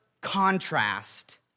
contrast